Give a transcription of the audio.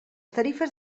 tarifes